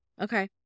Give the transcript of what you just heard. Okay